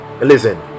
listen